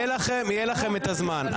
יהיה לכם את הזמן.